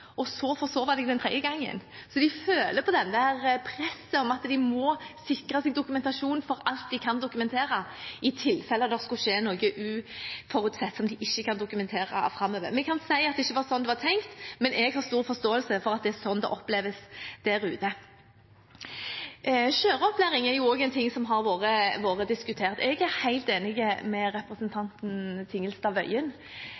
og så forsove seg den tredje gangen. Så de føler på presset om at de må sikre seg dokumentasjon på alt de kan dokumentere, i tilfelle det skulle skje noe uforutsett, som de ikke kan dokumentere, i framtiden. Vi kan si at det ikke var slik det var tenkt, men jeg har stor forståelse for at det er slik det oppleves der ute. Kjøreopplæring er også noe som har vært diskutert. Jeg er helt enig med